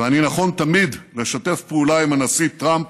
ואני נכון תמיד לשתף פעולה עם הנשיא טראמפ